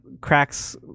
cracks